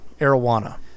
arowana